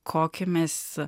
kokį mes